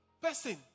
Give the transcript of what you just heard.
person